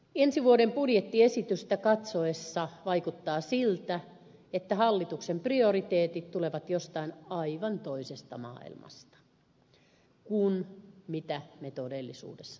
ensi vuoden budjettiesitystä katsoessa vaikuttaa siltä että hallituksen prioriteetit tulevat jostain aivan toisesta maailmasta kuin mitä me todellisuudessa täällä elämme